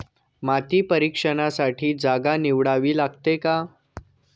माती परीक्षणासाठी जागा निवडावी लागते का?